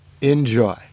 enjoy